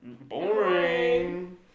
Boring